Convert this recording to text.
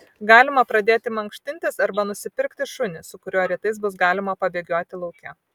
galima pradėti mankštintis arba nusipirkti šunį su kuriuo rytais bus galima pabėgioti lauke